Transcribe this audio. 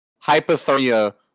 hypothermia